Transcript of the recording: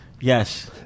Yes